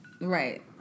Right